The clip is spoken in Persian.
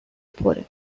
پره